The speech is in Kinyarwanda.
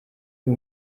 uyu